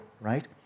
right